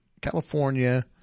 California